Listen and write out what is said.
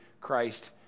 Christ